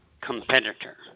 competitor